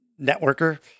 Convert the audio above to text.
networker